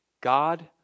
God